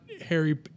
Harry